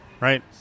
right